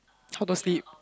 how to sleep